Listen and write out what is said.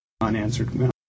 Unanswered